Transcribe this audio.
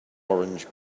orange